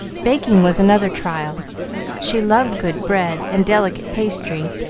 baking was another trial she loved good bread and delicate pastry,